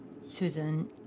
Susan